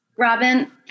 Robin